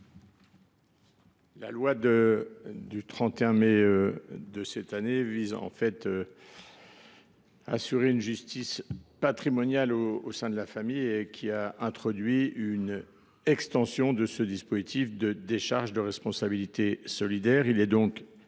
La loi du 31 mai 2024, qui vise à assurer une justice patrimoniale au sein de la famille, a introduit une extension du dispositif de décharge de responsabilité solidaire.